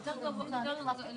לא התקבלה.